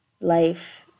life